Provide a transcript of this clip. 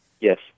Yes